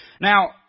Now